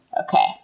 Okay